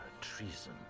Treason